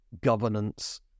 governance